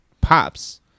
pops